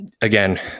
again